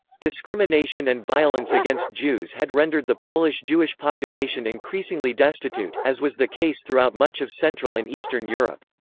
discrimination and violence against jews had rendered the polish jewish population increasingly destitute, as was the case throughout much of central and eastern europe.